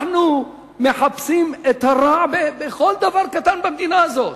אנחנו מחפשים את הרע בכל דבר קטן במדינה הזאת.